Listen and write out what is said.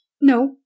No